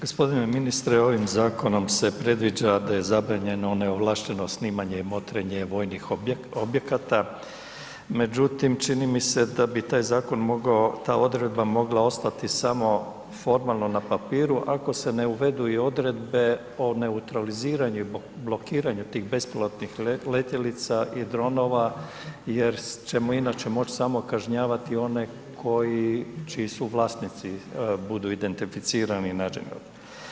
Gospodine ministre, ovim zakonom se predviđa da je zabranjeno neovlašteno snimanje i motrenje vojnih objekata, međutim, čini mi se da bi taj zakon mogao, ta odredba mogla ostati samo formalno na papiru ako se ne uvedu i odredbe o neutraliziranju i blokiranju tih bespilotnih letjelica i dronova jer ćemo inače moći samo kažnjavati one koji, čiji vlasnici budu identificirani i nađeni.